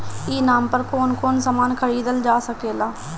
ई नाम पर कौन कौन समान खरीदल जा सकेला?